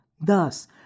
Thus